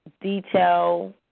detail